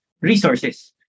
resources